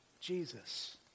Jesus